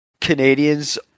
Canadians